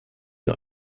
nur